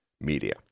media